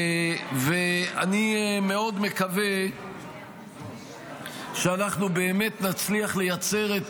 אני מאוד מקווה שאנחנו באמת נצליח לייצר את